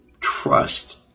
trust